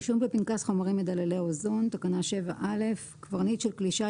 רישום בפנקס חומרים מדללי אוזון 7. קברניט של כלי שיט,